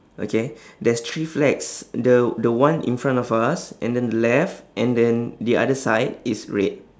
okay there's three flags the the one in front of us and then the left and then the other side is red